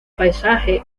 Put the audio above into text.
paisaje